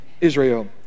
Israel